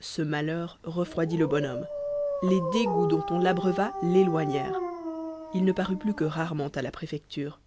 ce malheur refroidit le bonhomme les dégoûts dont on l'abreuva l'éloignèrent il ne parut plus que rarement à la préfecture